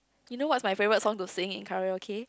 you know what's my favourite song to sing in karaoke